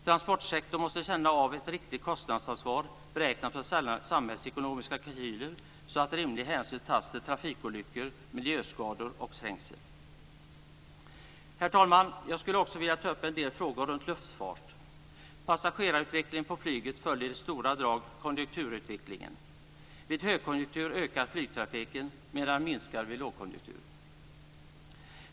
Transportsektorn måste känna ett riktigt kostnadsansvar beräknat på samhällsekonomiska kalkyler så att rimlig hänsyn tas till trafikolyckor, miljöskador och trängsel. Herr talman! Jag skulle också vilja ta upp en del frågor om luftfart. Passagerarutvecklingen på flyget följer i stora drag konjunkturutvecklingen. Vid högkonjunktur ökar flygtrafiken medan den minskar vid lågkonjunktur.